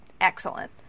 excellent